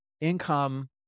income